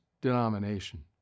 denomination